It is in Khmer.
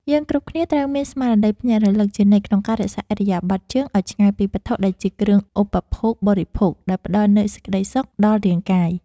យើងគ្រប់គ្នាត្រូវមានស្មារតីភ្ញាក់រលឹកជានិច្ចក្នុងការរក្សាឥរិយាបថជើងឱ្យឆ្ងាយពីវត្ថុដែលជាគ្រឿងឧបភោគបរិភោគដែលផ្តល់នូវសេចក្តីសុខដល់រាងកាយ។